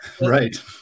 Right